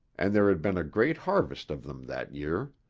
and there had been a great harvest of them that year.